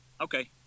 okay